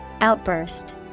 Outburst